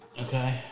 okay